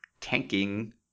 tanking